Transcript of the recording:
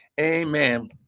Amen